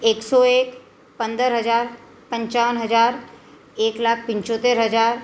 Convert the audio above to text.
એકસો એક પંદર હજાર પંચાવન હજાર એક લાખ પંચોતેર હજાર